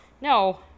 No